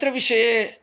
अत्र विषये